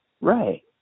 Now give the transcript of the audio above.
Right